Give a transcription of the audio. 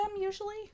usually